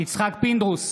יצחק פינדרוס,